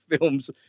films